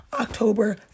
October